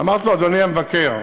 אדוני המבקר,